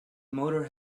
motor